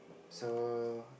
so